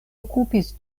okupis